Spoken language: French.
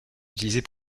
utilisés